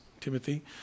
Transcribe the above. Timothy